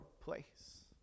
place